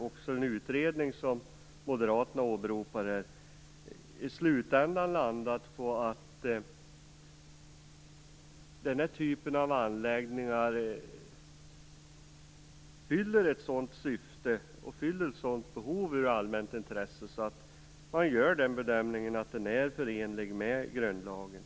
Den utredning som Moderaterna åberopar gör den bedömningen att den här typen av anläggningar fyller ett sådant syfte och ett sådant behov ur allmänt intresse att den är förenlig med grundlagen.